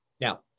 Now